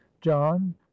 john